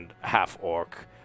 half-orc